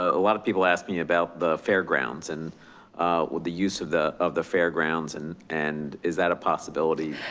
a lot of people ask me about the fairgrounds and with the use of the of the fairgrounds and and is that a possibility?